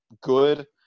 good